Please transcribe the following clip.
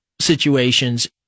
situations